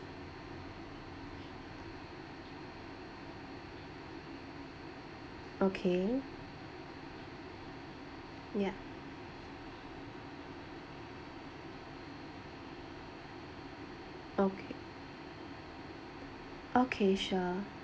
okay ya okay okay sure